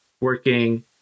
working